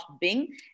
Bing